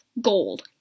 gold